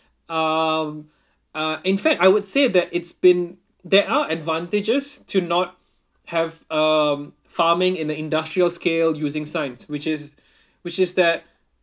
um uh in fact I would say that it's been there are advantages to not have um farming in the industrial scale using science which is which is that